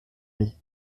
lit